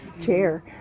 chair